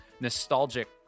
nostalgic